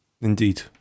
indeed